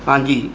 ਹਾਂਜੀ